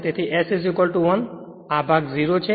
તેથી S 1 તેથી આ ભાગ iS0 છે